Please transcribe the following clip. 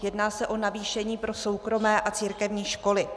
Jedná se o navýšení pro soukromé a církevní školy.